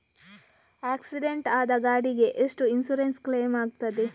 Accident ಆದ ಗಾಡಿಗೆ ಎಷ್ಟು ಇನ್ಸೂರೆನ್ಸ್ ಕ್ಲೇಮ್ ಆಗ್ತದೆ?